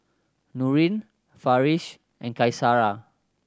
Nurin Farish and Qaisara